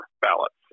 ballots